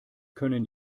können